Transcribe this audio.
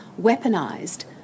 weaponised